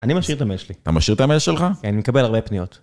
אני משאיר את המייל שלי. אתה משאיר את מייל שלך? כן, אני מקבל הרבה פניות.